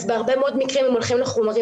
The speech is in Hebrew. אז בהרבה מאוד מקרים הם הולכים לחומרים